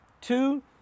Two